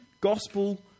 gospel